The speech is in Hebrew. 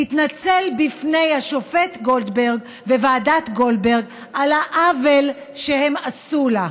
תתנצל בפני השופט גולדברג וועדת גולדברג על העוול שהם עשו לה.